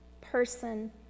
person